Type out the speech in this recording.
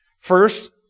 First